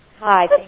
Hi